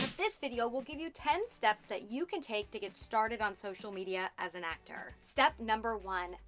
this video will give you ten steps that you can take, to get started on social media as an actor. step number one,